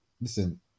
listen